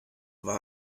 war